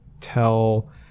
tell